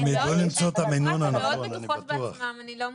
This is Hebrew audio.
הן ידעו למצוא את המינון הנכון, אני בטוח.